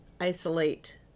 isolate